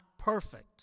perfect